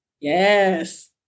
Yes